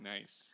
Nice